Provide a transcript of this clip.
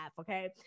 okay